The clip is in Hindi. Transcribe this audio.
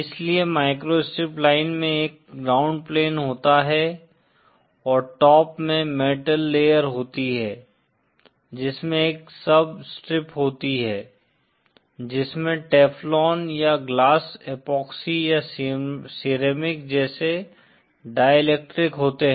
इसलिए माइक्रोस्ट्रिप लाइन में एक ग्राउंड प्लेन होता है और टॉप में मेटल लेयर होती है जिसमें एक सब स्ट्रिप होती है जिसमें टेफ्लॉन या ग्लास एपॉक्सी या सिरेमिक जैसे डाईइलेक्ट्रिक होते हैं